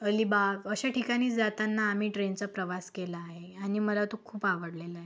अलीबाग अशा ठिकाणी जाताना आम्ही ट्रेनचा प्रवास केला आहे आणि मला तो खूप आवडलेला आहे